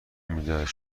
میدهد